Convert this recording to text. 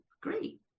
great